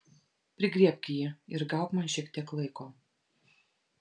prigriebk jį ir gauk man šiek tiek laiko